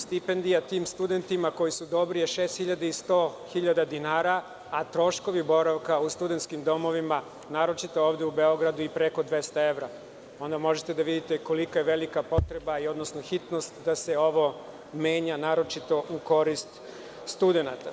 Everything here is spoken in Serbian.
Stipendija tim studentima, koji su dobri, je 6.100 dinara, a troškovi boravka u studenskim domovima, naročito ovde u Beogradu, i preko 200 evra, onda možete da vidite kolika je velika potreba i odnosno hitnost da se ovo menja, naročito u korist studenata.